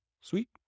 Sweet